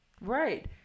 right